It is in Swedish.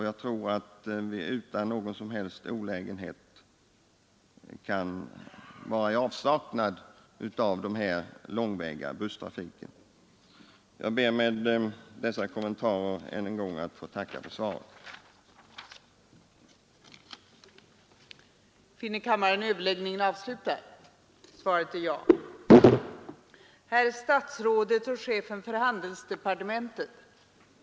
Jag tror att vi utan någon som helst olägenhet kan vara utan denna långväga busstrafik. Jag ber med dessa kommentarer än en gång att få tacka för svaret på min enkla fråga.